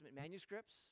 manuscripts